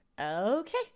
Okay